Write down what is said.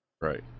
Right